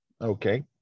Okay